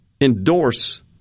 endorse